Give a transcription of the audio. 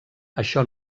això